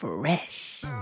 Fresh